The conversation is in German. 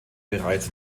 bereits